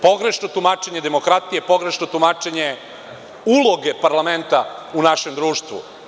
Pogrešno tumačenje demokratije, pogrešno tumačenje uloge parlamenta u našem društvu.